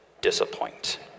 disappoint